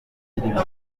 birimo